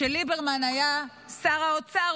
כשליברמן היה שר האוצר,